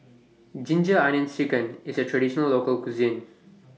Ginger Onions Chicken IS A Traditional Local Cuisine